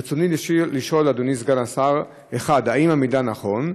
רצוני לשאול, אדוני סגן השר: 1. האם המידע נכון?